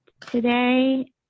today